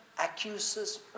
accuses